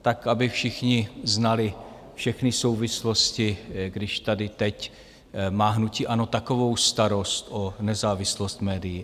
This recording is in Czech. Tak aby všichni znali všechny souvislosti, když tady teď má hnutí ANO takovou starost o nezávislost médií.